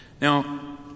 now